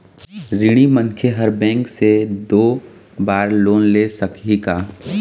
ऋणी मनखे हर बैंक से दो बार लोन ले सकही का?